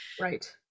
Right